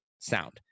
sound